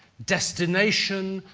destination,